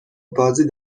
بازی